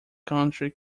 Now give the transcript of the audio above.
country